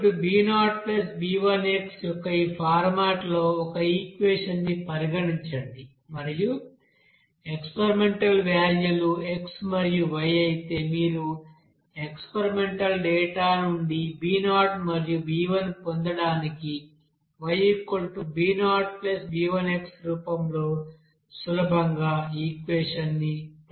Yb0b1X యొక్క ఈ ఫార్మాట్లో ఒక ఈక్వెషన్ ని పరిగణించండి మరియు ఎక్స్పెరిమెంటల్ వేల్యూ లు x మరియు y అయితే మీరు ఎక్స్పెరిమెంటల్ డేటా నుండి b0 మరియు b1 పొందడానికి Yb0b1x రూపంలో సులభంగా ఈక్వెషన్ ని ప్రతిపాదించవచ్చు